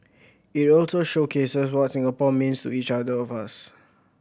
it also showcases what Singapore means to each other of us